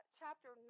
chapter